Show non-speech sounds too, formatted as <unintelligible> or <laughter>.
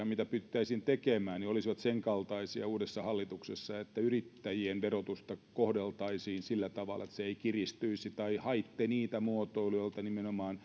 <unintelligible> mitä pyrittäisiin tekemään olisivat sen kaltaisia uudessa hallituksessa että yrittäjien verotusta kohdeltaisiin sillä tavalla että se ei kiristyisi haitte niitä muotoiluja joilla nimenomaan <unintelligible>